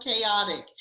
chaotic